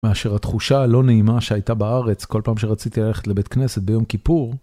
מאשר התחושה הלא נעימה שהייתה בארץ כל פעם שרציתי ללכת לבית כנסת ביום כיפור.